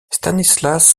stanislas